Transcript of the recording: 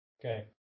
Okay